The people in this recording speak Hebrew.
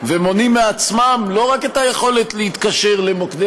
ומונעים מעצמם לא רק את היכולת להתקשר למוקדי